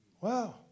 Wow